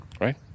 right